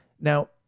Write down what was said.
Now